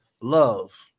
Love